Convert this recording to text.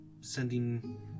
sending